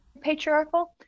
patriarchal